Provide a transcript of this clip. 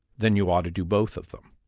then you ought to do both of them.